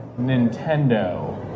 Nintendo